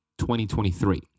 2023